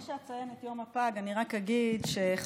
לפני שאציין את יום הפג אני רק אגיד שחברות